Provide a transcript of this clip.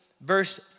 verse